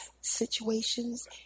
situations